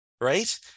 right